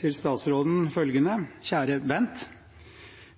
til statsråden følgende: Kjære Bent.